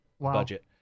budget